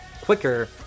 quicker